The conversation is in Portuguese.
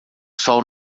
sol